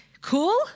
Cool